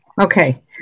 Okay